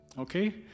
Okay